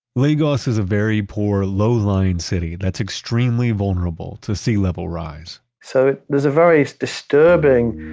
lagos is a very poor, low lying city that's extremely vulnerable to sea level rise. so there's a very disturbing,